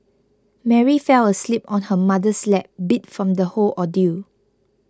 Mary fell asleep on her mother's lap beat from the whole ordeal